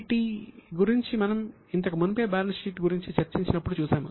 వీటి గురించి మనం ఇంతక మునుపే బ్యాలెన్స్ షీట్ గురించి చర్చించినప్పుడు చూశాము